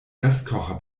gaskocher